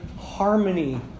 harmony